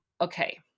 okay